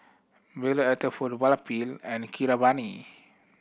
Bellur Elattuvalapil and Keeravani